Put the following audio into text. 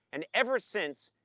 and ever since,